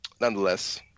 nonetheless